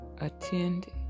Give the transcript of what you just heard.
Attend